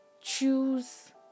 choose